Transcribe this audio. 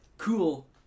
cool